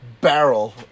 barrel